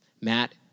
matt